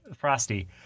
Frosty